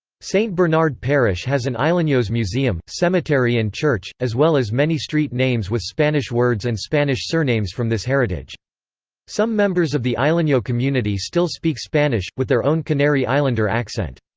st bernard parish has an islenos museum, cemetery and church, as well as many street names with spanish words and spanish surnames from this heritage some members of the isleno community still speak spanish with their own canary islander accent.